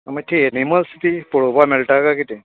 म्हणचे एनिमल्स बी पळोवपा मेळटा काय कितें